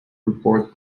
report